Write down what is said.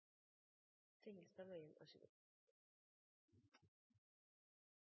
Tingelstad Wøien